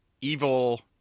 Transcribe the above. evil